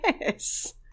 Yes